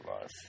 life